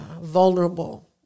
vulnerable